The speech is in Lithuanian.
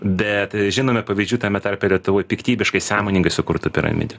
bet žinome pavyzdžių tame tarpe lietuvoj piktybiškai sąmoningai sukurtų piramidių